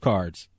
Cards